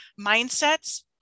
mindsets